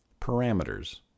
Parameters